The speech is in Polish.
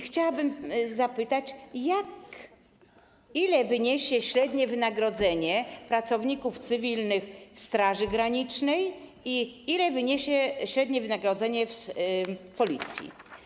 Chciałabym zapytać, ile wyniesie średnie wynagrodzenie pracowników cywilnych w Straży Granicznej i ile wyniesie średnie wynagrodzenie w Policji.